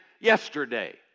yesterday